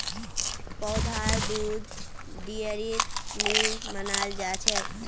पौधार दुध डेयरीत नी बनाल जाछेक